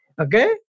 Okay